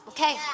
Okay